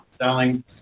selling